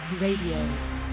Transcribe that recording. Radio